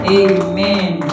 amen